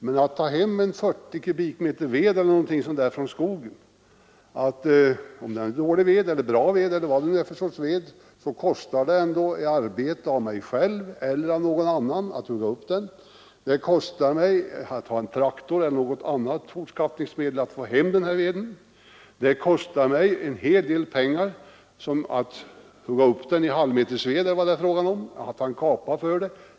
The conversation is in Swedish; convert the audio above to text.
Att hugga upp omkring 40 kubikmeter ved — om den är bra eller dålig eller vad det nu är för sorts ved — kostar arbete för mig själv eller någon annan. Det kostar att ha en traktor eller något annat fortskattningsmedel för att få hem veden. Det kostar en hel del pengar att kapa den it.ex. halvmeterslängder.